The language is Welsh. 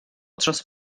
dros